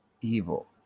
evil